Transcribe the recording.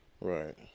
Right